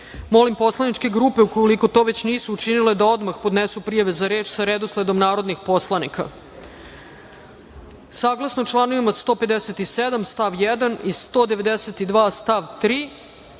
grupe. Molim poslaničke grupe, ukoliko to već nisu učinile, da odmah podnesu prijave za reč sa redosledom narodnih poslanika. Saglasno članovima 157. stav 1. i 192. stav 3,